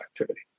activity